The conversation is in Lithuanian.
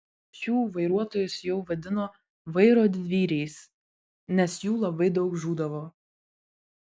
šių vairuotojus jau vadino vairo didvyriais nes jų labai daug žūdavo